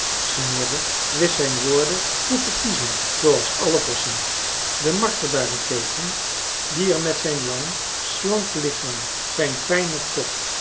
smirre wist zijn woorden goed te kiezen zooals alle vossen de marter daarentegen die er met zijn lang slank lichaam zijn fijnen kop